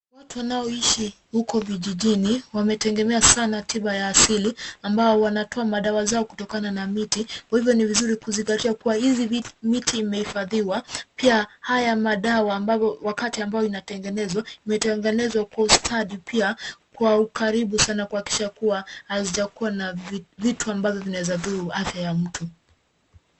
Watu wanaoishi huko vijijini wametegemea sana tiba ya asili ambao wanatoa madawa zao kutokana na miti, kwa hivyo ni vizuri kuzingatia kuwa hizi miti imehifadhiwa. Pia hayo madawa ambavyo wakati ambayo inatengenezwa imetengenezwa kwa ustadi pia kwa ukaribu sana kuhakikisha kuwa hazijakuwa na vitu ambavyo vinaweza dhuru afya ya mtu.